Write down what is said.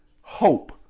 Hope